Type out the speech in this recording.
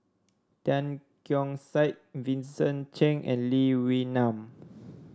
Tan Keong Saik Vincent Cheng and Lee Wee Nam